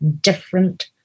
different